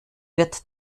wird